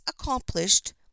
accomplished